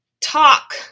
talk